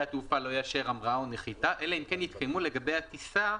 התעופה לא יאשר המראה או נחיתה אלא אם כן יתקיימו לגבי הטיסה,